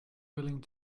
willing